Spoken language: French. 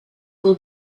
pour